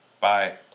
Bye